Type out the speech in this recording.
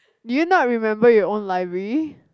do you not remember your own library